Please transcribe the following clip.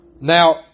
Now